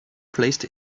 placed